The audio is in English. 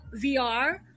VR